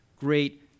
great